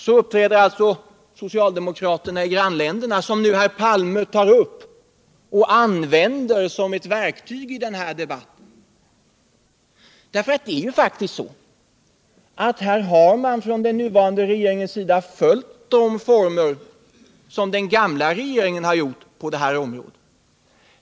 Så uppträder alltså socialdemokraterna i de grannländer som herr Palme nu tar upp och använder som ett argument i denna debatt. Det är faktiskt så att den nuvarande regeringen på detta område har följt samma former som den gamla regeringen.